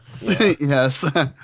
Yes